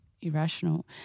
irrational